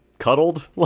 cuddled